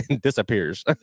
disappears